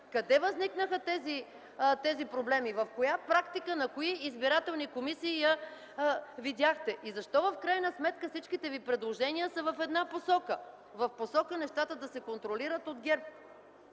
Къде възникнаха тези проблеми? В коя практика на кои избирателни комисии я видяхте? И защо в крайна сметка всичките ви предложения са в една посока - в посока нещата да се контролират от ГЕРБ?